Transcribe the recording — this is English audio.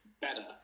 better